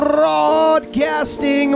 Broadcasting